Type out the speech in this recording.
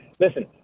listen